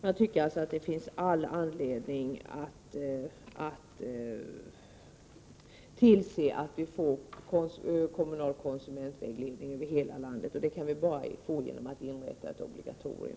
Jag tycker alltså att vi har all anledning att tillse att kommunal konsumentvägledning införs över hela landet, och det kan bara ske genom att det inrättas ett obligatorium.